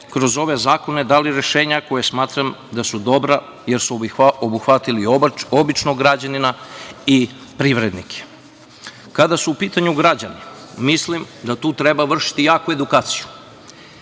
kroz ove zakone dali rešenja koja smatram da su dobra, jer su obuhvatili običnog građanina i privrednike. Kada su u pitanju građani, mislim da tu treba vršiti jaku edukaciju